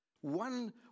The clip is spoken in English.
one